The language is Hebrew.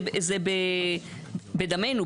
זה בדמינו.